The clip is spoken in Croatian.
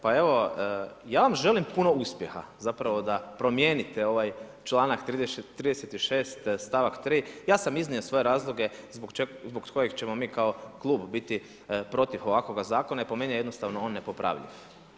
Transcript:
Pa evo ja vam želim puno uspjeha, zapravo da promijenite ovaj članak 36. stavak 3. Ja sam iznio svoje razloge zbog kojeg ćemo mi kao klub biti protiv ovakvog zakona i po meni je on jednostavno nepopravljiv.